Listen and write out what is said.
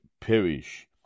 perish